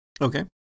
Okay